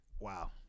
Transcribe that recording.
Wow